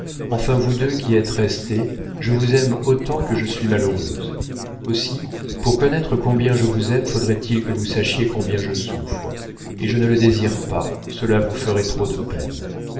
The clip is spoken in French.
enfin vous deux qui êtes restés je vous aime autant que je suis malheureuse aussi pour connaître combien je vous aime faudrait-il que vous sachiez combien je souffre et je ne le désire pas cela vous ferait trop de peine